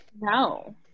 No